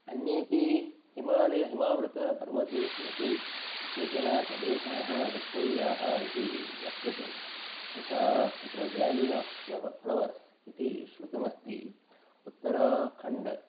अन्येपि हिमालये हिमावृतपर्वतेषु अपि केचन प्रदेशाः द्रष्टव्याः इति वर्तते यथा तत्र व्याली आफ़् फ़्ल फ़्लवर्स् इति श्रुतमस्ति उत्तराखण्ड्